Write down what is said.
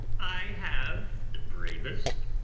i have the bravest,